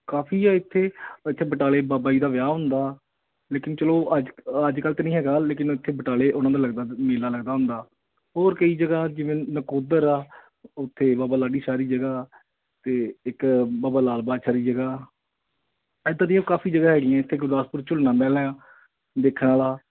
ਕਾਫ਼ੀ ਆ ਇੱਥੇ ਇੱਥੇ ਬਟਾਲੇ ਬਾਬਾ ਜੀ ਦਾ ਵਿਆਹ ਹੁੰਦਾ ਲੇਕਿਨ ਚੱਲੋ ਅੱਜ ਅੱਜ ਕੱਲ੍ਹ ਤਾਂ ਨਹੀਂ ਹੈਗਾ ਲੇਕਿਨ ਇੱਥੇ ਬਟਾਲੇ ਉਹਨਾਂ ਦਾ ਲੱਗਦਾ ਮੇਲਾ ਲੱਗਦਾ ਹੁੰਦਾ ਹੋਰ ਕਈ ਜਗ੍ਹਾ ਜਿਵੇਂ ਨਕੋਦਰ ਆ ਉੱਥੇ ਬਾਬਾ ਲਾਡੀ ਸ਼ਾਹ ਦੀ ਜਗ੍ਹਾ ਅਤੇ ਇੱਕ ਬਾਬਾ ਲਾਲ ਬਾਦਸ਼ਾਹ ਜੀ ਜਗ੍ਹਾ ਐਦਾਂ ਦੀਆਂ ਕਾਫ਼ੀ ਜਗ੍ਹਾ ਹੈਗੀਆਂ ਇੱਥੇ ਗੁਰਦਾਸਪੁਰ ਝੂਲਣਾ ਮਹਿਲ ਹੈ ਦੇਖਣ ਵਾਲਾ